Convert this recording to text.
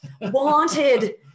wanted